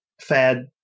fad